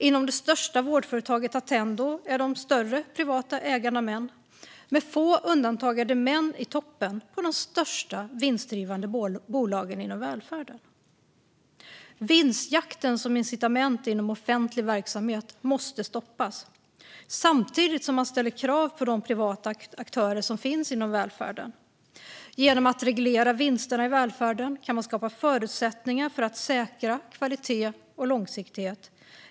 Inom det största vårdföretaget Attendo är de större privata ägarna män. Med få undantag är det män i toppen på de största vinstdrivande bolagen inom välfärden. Vinstjakten som incitament inom offentlig verksamhet måste stoppas, samtidigt som man ställer krav på de privata aktörer som finns inom välfärden. Genom att reglera vinsterna i välfärden kan man skapa förutsättningar för att säkra kvalitet och långsiktighet.